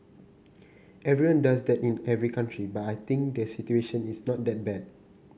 everyone does that in every country but I think the situation is not that bad